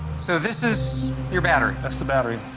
so this is your battery. that's the battery.